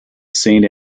saint